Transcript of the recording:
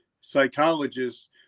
psychologists